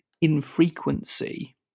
infrequency